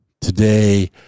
Today